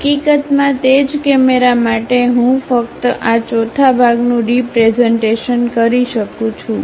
હકીકતમાં તે જ કેમેરા માટે હું ફક્ત આ ચોથા ભાગનું રીપ્રેઝન્ટેશન કરી શકું છું